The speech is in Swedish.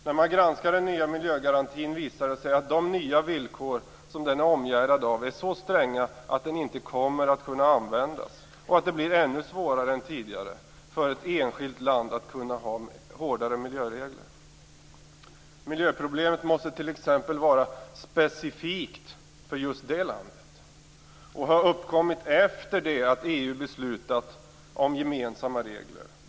När man granskar den nya miljögarantin visar det sig att de nya villkor som den är omgärdad av är så stränga att den inte kommer att kunna användas och att det blir ännu svårare än tidigare för ett enskilt land att ha hårdare miljöregler. Miljöproblemet måste t.ex. vara specifikt för just det landet och ha uppkommit efter det att EU beslutat om gemensamma regler.